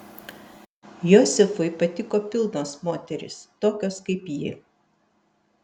josifui patiko pilnos moterys tokios kaip ji